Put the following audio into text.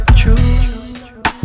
true